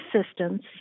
assistance